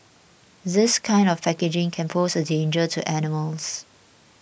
this kind of packaging can pose a danger to animals